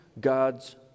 God's